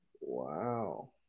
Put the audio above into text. Wow